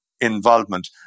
involvement